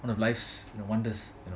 one of life's wonders you know